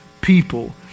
people